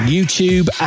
YouTube